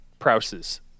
Prouse's